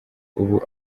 ubu